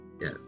Yes